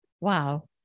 wow